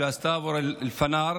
שעשתה עבור אלפנאר,